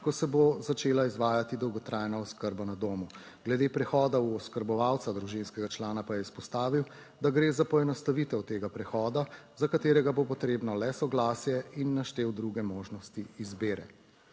ko se bo začela izvajati dolgotrajna oskrba na domu. Glede prehoda v oskrbovalca družinskega člana pa je izpostavil da gre za poenostavitev tega prehoda, za katerega bo potrebno le soglasje, in naštel druge možnosti izbire.